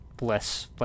less